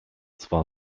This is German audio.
zwar